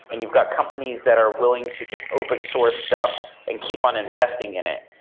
and you've got companies that are willing to just open-source stuff and keep on investing in it.